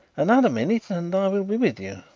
another minute and i will be with you.